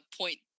point